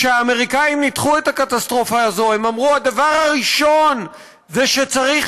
כשהאמריקנים ניתחו את הקטסטרופה הזאת הם אמרו: הדבר הראשון זה שצריך